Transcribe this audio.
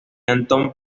antón